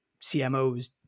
CMOs